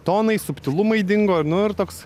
tonai subtilumai dingo ir nu ir toks